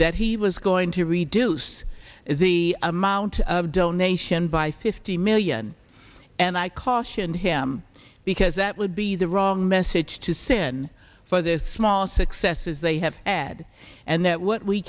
that he was going to reduce the amount of donation by fifty million and i cautioned him because that would be the wrong message to sin for this small successes they have add and that what we